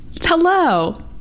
Hello